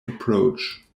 approach